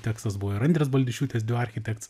tekstas buvo ir andrės baldišiūtės du architekts